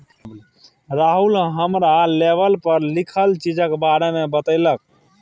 राहुल हमरा लेवल पर लिखल चीजक बारे मे बतेलक